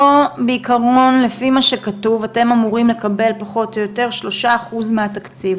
פה לפי מה שכתוב אתם אמורים לקבל פחות או יותר שלושה אחוז מהתקציב.